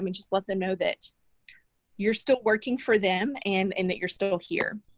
i mean just let them know that you're still working for them and and that you're still here.